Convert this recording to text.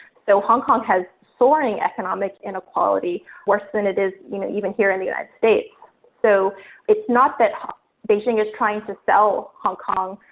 so hong kong has soaring economic inequality worse than it is you know even here in the united states. so it's not that beijing is trying to sell hong kong,